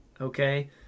okay